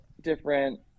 different